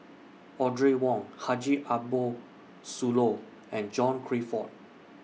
Audrey Wong Haji Ambo Sooloh and John Crawfurd